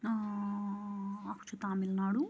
ٲں اَکھ چھُ تامِل ناڈوٗ